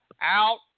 out